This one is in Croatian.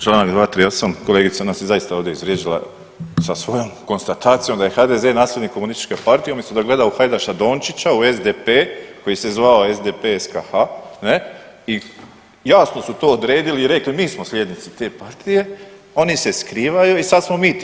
Članak 238., kolegica nas je zaista ovdje izvrijeđala sa svojom konstatacijom da je HDZ nasljednik komunističke partije umjesto da gleda u Hajdaša Dončića u SDP koji se zvao SDP SKH ne, i jasno su to odredili i rekli mi smo slijednici te partije oni se skrivaju i sad smo mi ti.